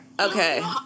Okay